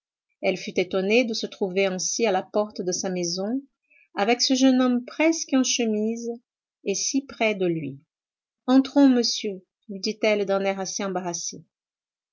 elle fut étonnée de se trouver ainsi à la porte de sa maison avec ce jeune homme presque en chemise et si près de lui entrons monsieur lui dit-elle d'un air assez embarrassé